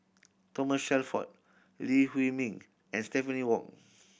Thomas Shelford Lee Huei Min and Stephanie Wong